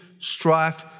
strife